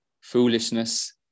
foolishness